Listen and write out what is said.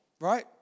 right